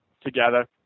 together